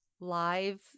live